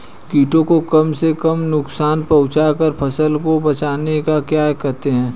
कीटों को कम से कम नुकसान पहुंचा कर फसल को बचाने को क्या कहते हैं?